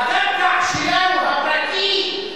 הקרקע שלנו הפרטית,